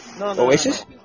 Oasis